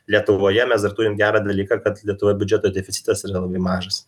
lietuvoje mes dar turim gerą dalyką kad lietuva biudžeto deficitas yra labai mažas